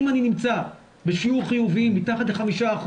אם אני נמצא בשיעור חיוביים מתחת ל-5%,